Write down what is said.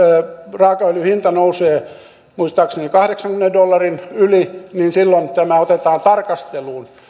raakaöljyn hinta nousee muistaakseni kahdeksankymmenen dollarin yli niin silloin tämä otetaan tarkasteluun